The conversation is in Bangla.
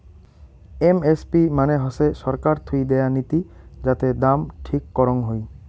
এম.এস.পি মানে হসে ছরকার থুই দেয়া নীতি যাতে দাম ঠিক করং হই